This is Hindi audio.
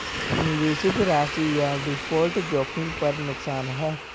निवेशित राशि या डिफ़ॉल्ट जोखिम पर नुकसान है